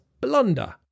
blunder